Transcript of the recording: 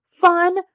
Fun